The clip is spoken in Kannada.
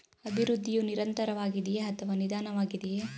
ಅಭಿವೃದ್ಧಿಯು ನಿರಂತರವಾಗಿದೆಯೇ ಅಥವಾ ನಿಧಾನವಾಗಿದೆಯೇ?